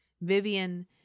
Vivian